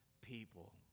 people